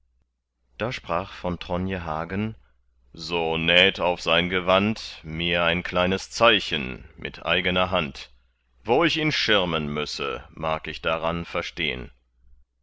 da sprach von tronje hagen so näht auf sein gewand mir ein kleines zeichen mit eigener hand wo ich ihn schirmen müsse mag ich daran verstehn